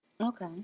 Okay